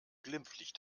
glimpflich